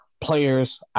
players